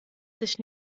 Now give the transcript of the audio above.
sich